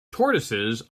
tortoises